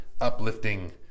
uplifting